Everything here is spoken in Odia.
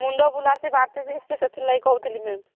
ମୁଣ୍ଡ ବୁଲା ଅଛି ବାନ୍ତି ବି ଅଛି ସେଥି ଲାଗି କହୁଥିଲି ମ୍ୟାମ